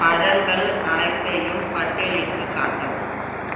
பழங்கள் அனைத்தையும் பட்டியலிட்டுக் காட்டவும்